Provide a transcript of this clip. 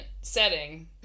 setting